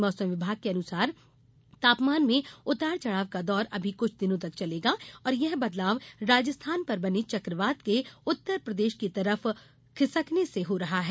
मौसम विभाग के अनुसार तापमान में उतार चढ़ाव का दौर अभी कुछ दिनों तक चलेगा और यह बदलाव राजस्थान पर बने चक्रवात के उत्तरप्रदेश की तरफ खिसकने से हो रहा है